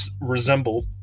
resemble